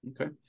Okay